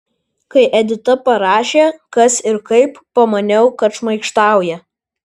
kai edita parašė kas ir kaip pamaniau kad šmaikštauja